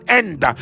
end